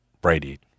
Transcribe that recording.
Brady